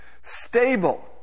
Stable